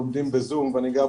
לגבי